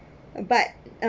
but